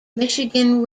michigan